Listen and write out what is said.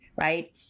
right